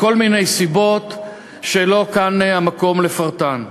מכל מיני סיבות שלא כאן המקום לפרטן.